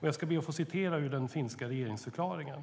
Jag ska be att få citera ur den finska regeringsförklaringen: